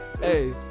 Hey